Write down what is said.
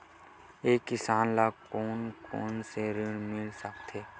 एक किसान ल कोन कोन से ऋण मिल सकथे?